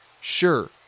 Sure